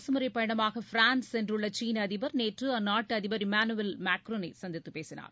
அரசுமுறை பயணமாக பிரான்ஸ் சென்றுள்ள சீன அதிபர் நேற்று அந்நாட்டு அதிபர் இம்மானுவேல் மேக்ரோனை சந்தித்து பேசினார்